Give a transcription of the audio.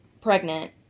pregnant